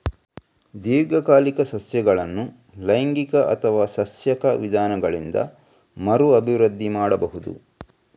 ದೀರ್ಘಕಾಲಿಕ ಸಸ್ಯಗಳನ್ನು ಲೈಂಗಿಕ ಅಥವಾ ಸಸ್ಯಕ ವಿಧಾನಗಳಿಂದ ಮರು ಅಭಿವೃದ್ಧಿ ಮಾಡಬಹುದು